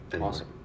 Awesome